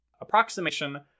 approximation